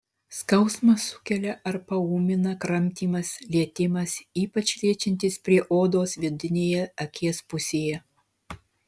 skausmą sukelia ar paūmina kramtymas lietimas ypač liečiantis prie odos vidinėje akies pusėje